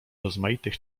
rozmaitych